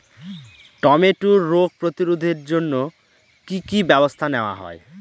টমেটোর রোগ প্রতিরোধে জন্য কি কী ব্যবস্থা নেওয়া হয়?